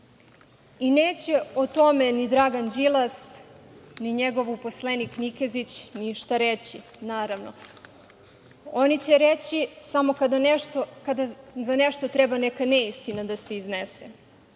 I neće o tome ni Dragan Đilas, ni njegov uposlenik Nikezić, ništa reći, naravno. Oni će reći samo kada za nešto treba neka neistina da se iznese.